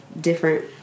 different